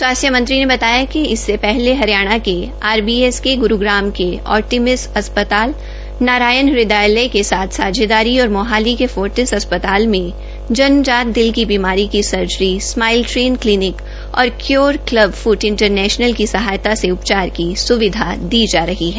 स्वास्थ्य मंत्री ने बताया कि इससे हरियाणा के आर बी एस के गुरूग्राम के आर्टेमिस अस्पताल नारायण हद्वयालय के साथ सांझेदारी और मोहाली के फोर्टिस अस्पताल में जन्म जात दिल की बीमारी की सर्जरी स्माइल ट्रेन कलीनिक और क्यूर कल्ब फ्ट इंटरनैशनल की सहायता से उपचार की स्विधा दी जा रही है